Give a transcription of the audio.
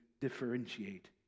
differentiate